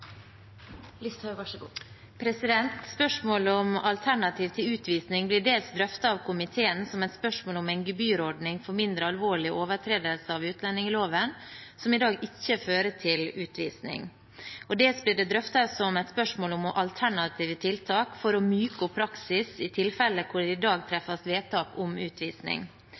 Spørsmålet om alternativ til utvisning blir dels drøftet av komiteen som et spørsmål om en gebyrordning for mindre alvorlige overtredelser av utlendingsloven som i dag ikke fører til utvisning, og dels som et spørsmål om alternative tiltak for å myke opp praksis i tilfeller hvor det i dag treffes vedtak om utvisning.